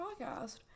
podcast